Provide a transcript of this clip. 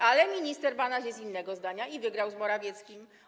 Ale minister Banaś jest innego zdania i wygrał z Morawieckim.